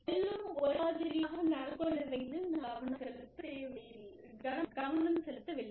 எல்லோரும் ஒரே மாதிரியாக நடந்து கொள்ள வைப்பதில் நாம் கவனம் செலுத்தவில்லை